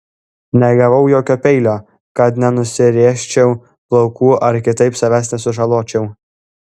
negavau jokio peilio kad nenusirėžčiau plaukų ar kitaip savęs nesužaločiau